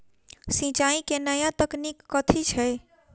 सिंचाई केँ नया तकनीक कथी छै?